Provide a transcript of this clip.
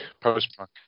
post-punk